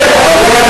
זועבי.